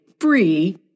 free